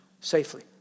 safely